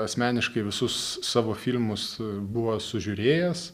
asmeniškai visus savo filmus buvo sužiūrėjęs